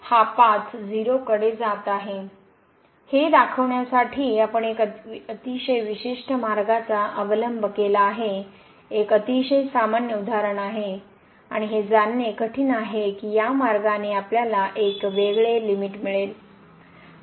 हा पाथ 0 कडे जात आहे हे दाखवण्यासाठी आपण एक अतिशय विशिष्ट मार्गाचा अवलंब केला आहे हे एक अतिशय सामान्य उदाहरण आहे आणि हे जाणणे कठीण आहे की या मार्गाने आपल्याला एक वेगळे लिमिट मिळेल